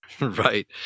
Right